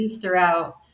throughout